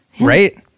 right